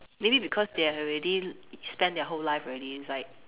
maybe because they have already spent their whole life already it's like